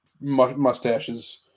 mustaches